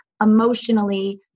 emotionally